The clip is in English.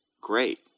great